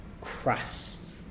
crass